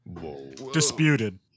Disputed